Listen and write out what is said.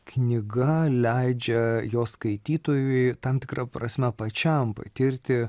knyga leidžia jos skaitytojui tam tikra prasme pačiam patirti